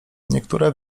niektóre